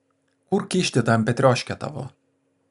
kur kišti tą empėtrioškę tavo